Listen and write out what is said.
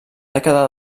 dècada